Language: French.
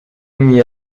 n’y